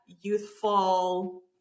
youthful